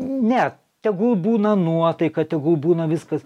ne tegul būna nuotaika tegul būna viskas